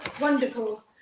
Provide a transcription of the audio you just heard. Wonderful